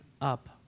up